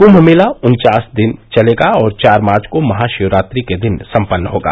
कुंभ मेला उन्चास दिन चलेगा और चार मार्च को महाशिवरात्रि के दिन संपन्न होगा